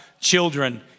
children